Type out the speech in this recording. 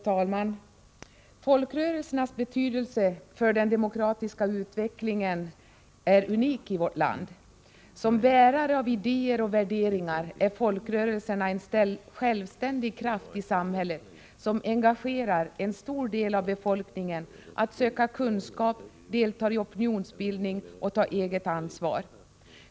Herr talman! Folkrörelsernas betydelse för den demokratiska utvecklingen är unik i vårt land. Som bärare av idéer och värderingar är folkrörelserna en självständig kraft i samhället som engagerar en stor del av befolkningen att söka kunskap, delta i opinionsbildning och ta eget ansvar.